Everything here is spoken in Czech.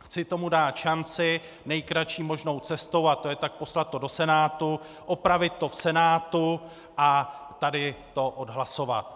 chci tomu dát šanci nejkratší možnou cestou, a to je tak poslat to do Senátu, opravit to v Senátu a tady to odhlasovat.